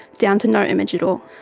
down to no image at all.